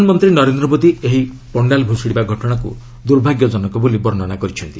ପ୍ରଧାନମନ୍ତ୍ରୀ ନରେନ୍ଦ୍ର ମୋଦି ଏହି ପଶ୍ଚାଲ୍ ଭୂଷୁଡ଼ିବା ଘଟଣାକୁ ଦୁର୍ଭାଗ୍ୟଜନକ ବୋଲି ବର୍ଷନା କରିଛନ୍ତି